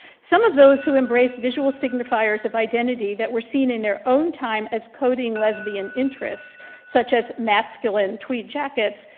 some of those who embrace visual signifiers of identity that were seen in their own time as coding lesbian interests such as masculine tweed jackets,